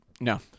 No